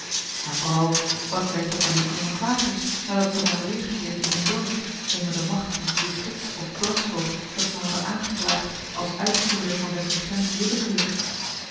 en vooral wat werd er van die arme klagers nadat ze waren weergekeerd in hun dorp onder de macht van het distrikts of dorpshoofd dat ze hadden aangeklaagd als uitvoerder van des regents willekeur